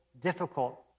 difficult